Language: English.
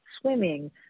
swimming